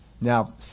Now